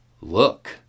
look